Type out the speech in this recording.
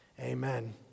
Amen